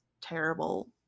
terrible